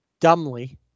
dumbly